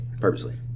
purposely